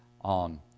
on